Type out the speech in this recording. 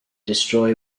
destroy